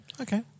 Okay